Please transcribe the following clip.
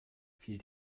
fiel